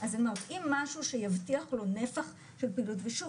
אז אם משהו שיבטיח לו נפח של פעילות ושוב